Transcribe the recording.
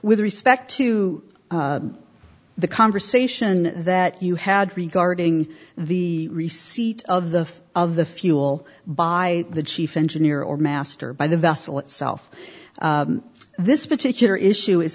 with respect to the conversation that you had regarding the receipt of the of the fuel by the chief engineer or master by the vessel itself this particular issue is